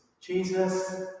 Jesus